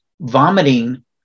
vomiting